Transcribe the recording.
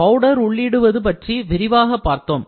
powder உள்ளிடுவது பற்றி விரிவாக பார்த்தோம்